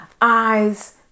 eyes